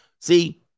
See